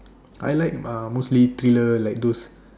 I like uh mostly thriller like those